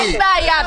אין בעיה,